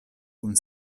kun